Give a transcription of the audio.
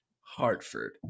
Hartford